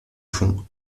fonds